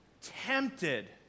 tempted